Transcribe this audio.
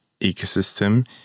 ecosystem